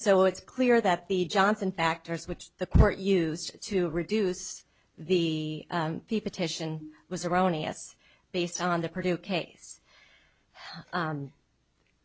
so it's clear that the johnson factors which the court used to reduce the the petition was erroneous based on the purdue case